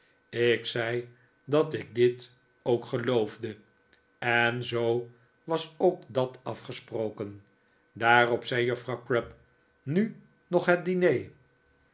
ik zei dat ik dit ook geloofde en zoo was ook dat afgesproken daarop zei juffrouw crupp nu nog het diner